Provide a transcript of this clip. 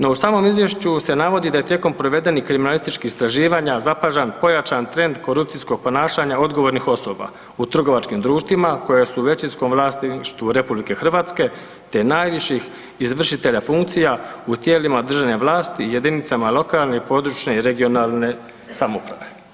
No u samom Izvješću se navodi da je tijekom provedenih kriminalističkih istraživanja zapažan pojačan trend korupcijskog ponašanja odgovornih osoba u trgovačkim društvima koja su u većinskom vlasništvu Republike Hrvatske te najviših izvršitelja funkcija u tijelima državne vlasti, jedinicama lokalne i područne i regionalne samouprave.